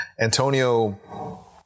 Antonio